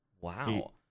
Wow